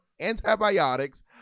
antibiotics